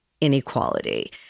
inequality